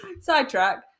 sidetrack